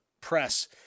press